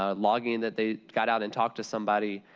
ah logging that they got out and talked to somebody,